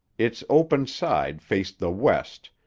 its open side faced the west,